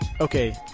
Okay